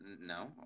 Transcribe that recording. no